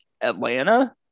Atlanta